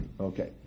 Okay